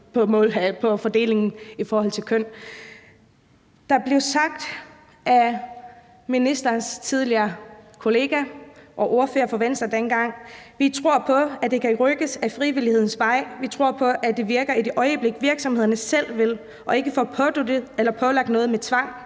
i Folketinget i forhold til kønsfordelingen. Der blev sagt af ministerens tidligere kollega og ordfører for Venstre dengang: »Vi tror på, at det kan rykkes ad frivillighedens vej. Vi tror på, at det virker, i det øjeblik virksomhederne selv vil og ikke får påduttet eller pålagt noget med tvang.